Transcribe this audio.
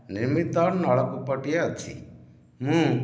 ନିର୍ମିତ ନଳକୂପ ଟିଏ ଅଛି ମୁଁ